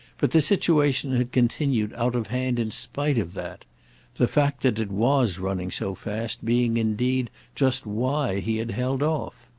but the situation had continued out of hand in spite of that the fact that it was running so fast being indeed just why he had held off.